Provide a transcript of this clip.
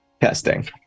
testing